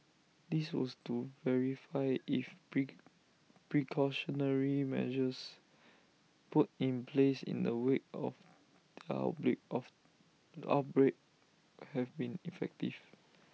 this was to verify if precautionary measures put in place in the wake of the outbreak of outbreak have been effective